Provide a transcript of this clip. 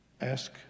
ask